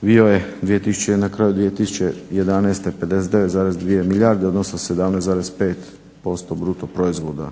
bio je na kraju 2011. 59,2 milijarde, odnosno 17,5% bruto proizvoda,